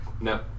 No